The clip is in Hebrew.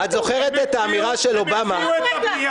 אתה באמת מאמין לעצמך כשאתה אומר את הדברים האלה?